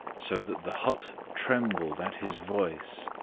so that the hut trembled at his voice.